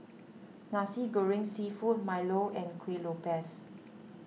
Nasi Goreng Seafood Milo and Kueh Lopes